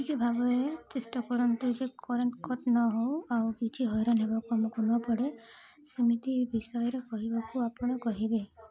ଟିକେ ଭାବରେ ଚେଷ୍ଟା କରନ୍ତୁ ଯେ କରେଣ୍ଟ୍ କଟ୍ ନ ହଉ ଆଉ କିଛି ହଇରାଣ ହେବାକୁ ଆମକୁ ନ ପଡ଼େ ସେମିତି ବିଷୟରେ କହିବାକୁ ଆପଣ କହିବେ